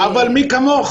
אבל מי כמוך,